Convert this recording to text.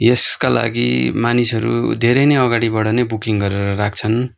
यसका लागि मानिसहरू धेरै नै अगाडिबाट नै बुकिङ गरेर राख्छन्